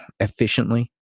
efficiently